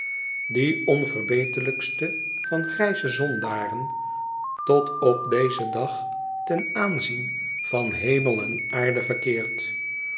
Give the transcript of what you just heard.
die onverbeterlijkste van grijze zondaren tot op dezen dag ten aanzien van hemel en aarde verkeert